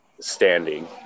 standing